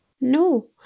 No